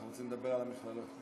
אנחנו רוצים לדבר על המכללות.